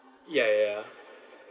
ya ya ya